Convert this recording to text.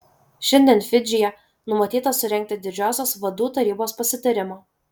šiandien fidžyje numatyta surengti didžiosios vadų tarybos pasitarimą